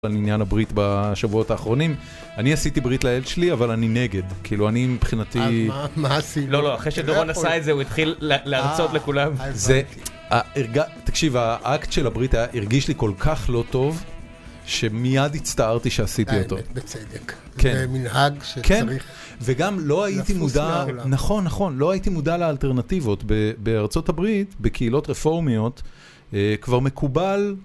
על עניין הברית בשבועות האחרונים. אני עשיתי ברית לילד שלי, אבל אני נגד. כאילו, אני מבחינתי... מה עשית? לא, לא, אחרי שדורון עשה את זה, הוא התחיל להרצות לכולם. זה... תקשיב, האקט של הברית הרגיש לי כל כך לא טוב, שמייד הצטערתי שעשיתי אותו. בצדק. כן. זה מנהג שצריך לפוס לעולם. נכון, נכון. לא הייתי מודע לאלטרנטיבות. בארצות הברית, בקהילות רפורמיות, כבר מקובל...